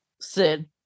Sid